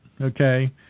Okay